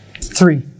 Three